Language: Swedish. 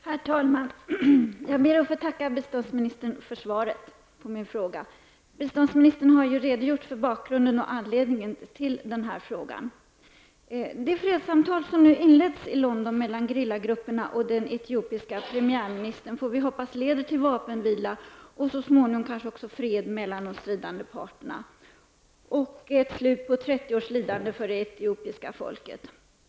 Herr talman! Jag ber att få tacka biståndsministern för svaret på min fråga. Biståndsministern har ju redogjort för bakgrunden och anledningen till denna fråga. Vi får hoppas att de fredssamtal som nu inletts i London mellan gerillagrupperna och den etiopiske premiärministern leder till vapenvila och så småningom också kanske fred mellan de stridande parterna och ett slut på 30 års lidande för det etiopiska folket.